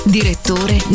Direttore